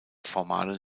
formalen